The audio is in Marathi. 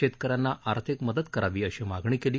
शेतकऱ्यांना आर्थिक मदत करावी अशी मागणी केली